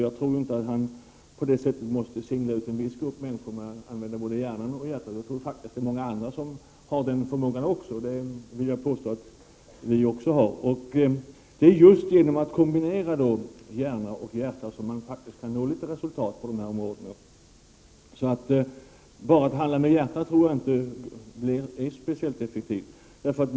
Jag tror inte att han på det viset måste peka ut en viss grupp människor. Det finns många andra som har den förmågan. Jag vill påstå att vi också har den. Just genom att kombinera hjärna och hjärta kan man faktiskt nå resultat i dessa frågor. Att bara handla med hjärtat tror jag inte är speciellt effektivt.